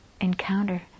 encounter